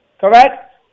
Correct